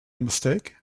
mistake